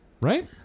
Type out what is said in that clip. Right